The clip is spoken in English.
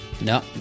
no